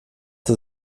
das